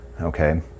okay